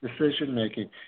Decision-making